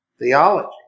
theology